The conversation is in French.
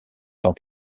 tant